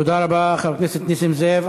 תודה רבה, חבר הכנסת נסים זאב.